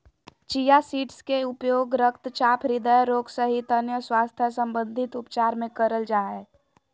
chia seeds के उपयोग रक्तचाप, हृदय रोग सहित अन्य स्वास्थ्य संबंधित उपचार मे करल जा हय